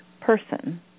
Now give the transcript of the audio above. person